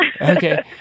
okay